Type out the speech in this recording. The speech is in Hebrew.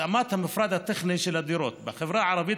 התאמת המפרט הטכני של הדירות: בחברה הערבית